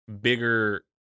bigger